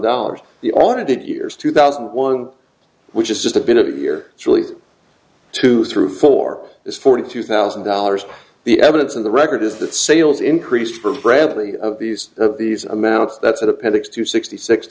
dollars the audited years two thousand and one which is just a bit of a year it's really two through four is forty two thousand dollars the evidence in the record is that sales increased for brevity of these of these amounts that's at appendix two sixty six